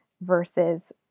versus